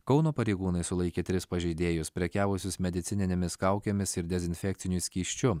kauno pareigūnai sulaikė tris pažeidėjus prekiavusius medicininėmis kaukėmis ir dezinfekciniu skysčiu